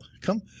come